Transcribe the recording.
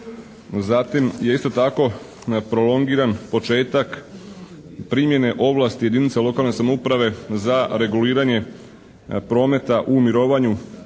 Zatim je isto tako prolongiran početak primjene ovlasti jedinica lokalne samouprave za reguliranje prometa u mirovanju